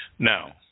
Now